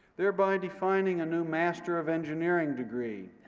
thereby defining a new master of engineering degree,